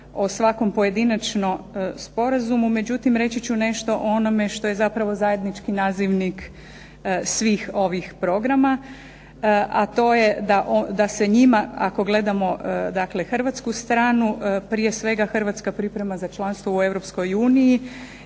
o svakom pojedinačno sporazumu, međutim reći ću nešto o onome što je zapravo zajednički nazivnik svih ovih programa, a to je da se njima, ako gledamo dakle hrvatsku stranu prije svega, Hrvatska priprema za članstvo u